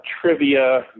trivia